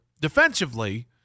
defensively